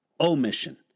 omission